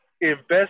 invest